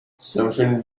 something